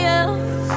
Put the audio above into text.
else